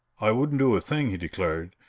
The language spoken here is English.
i wouldn't do a thing, he declared,